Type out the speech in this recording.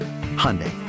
Hyundai